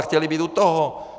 Chtěli být u toho.